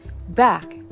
back